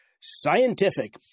Scientific